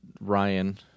Ryan